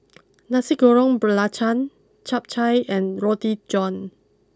Nasi Goreng Belacan Chap Chai and Roti John